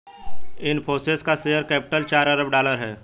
इनफ़ोसिस का share capital चार अरब डॉलर है